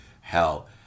Hell